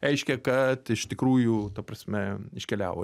reiškia kad iš tikrųjų ta prasme iškeliavo